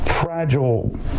fragile